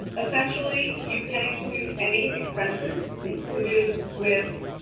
essentially, you can include any expenses included with